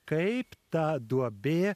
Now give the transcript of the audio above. kaip ta duobė